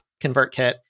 ConvertKit